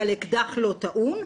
על אקדח לא טעון,